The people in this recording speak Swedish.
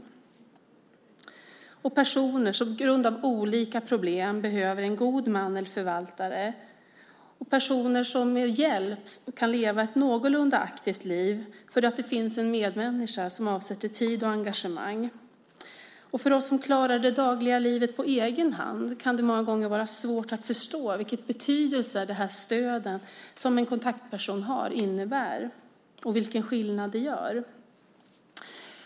Det handlar om personer som på grund av olika problem behöver en god man eller förvaltare och personer som med hjälp kan leva ett någorlunda aktivt liv för att det finns en medmänniska som avsätter tid och engagemang. För oss som klarar det dagliga livet på egen hand kan det många gånger vara svårt att förstå vilken betydelse det stöd som en kontaktperson ger innebär och vilken skillnad det gör.